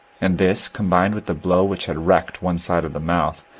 and this, combined with the blow which had wrecked one side of the mouth,